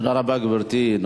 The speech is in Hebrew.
גברתי, תודה רבה.